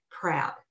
proud